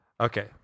Okay